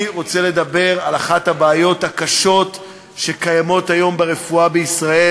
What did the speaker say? אני רוצה לדבר על אחת הבעיות הקשות שקיימות היום ברפואה בישראל,